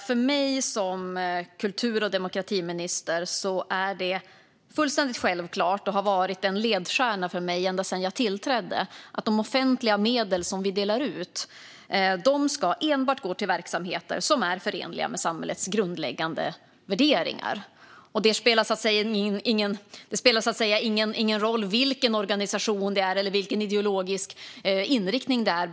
För mig som kultur och demokratiminister är det fullständigt självklart, och har varit en ledstjärna för mig ända sedan jag tillträdde, att de offentliga medel som vi delar ut enbart ska gå till verksamheter som är förenliga med samhällets grundläggande värderingar. Det spelar ingen roll vilken organisation det är eller vilken ideologisk inriktning det är.